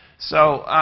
so